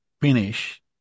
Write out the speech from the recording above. finish